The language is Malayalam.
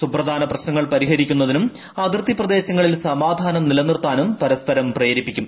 സുപ്രധാന പ്രശ്നങ്ങൾ പരിഹരിക്കുന്നതിനും അതിർത്തി പ്രദേശങ്ങളിൽ സമാധാനം നിലനിർത്താനും പരസ്പരം പ്രേരിപ്പിക്കും